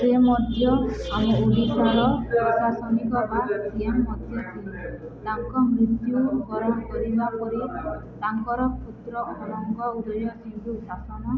ସେ ମଧ୍ୟ ଆମ ଓଡ଼ିଶର ପ୍ରଶାସନିକ ବା ମଧ୍ୟ କି ତାଙ୍କ ମୃତ୍ୟୁକରଣ କରିବା ପରି ତାଙ୍କର କ୍ଷତ୍ର ଅରଙ୍ଗ ଉଦୟ ସିଂଘୁ ଶାସନ